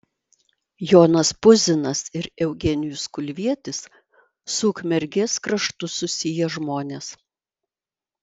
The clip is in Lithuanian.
jonas puzinas ir eugenijus kulvietis su ukmergės kraštu susiję žmonės